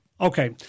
Okay